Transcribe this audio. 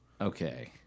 okay